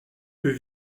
plus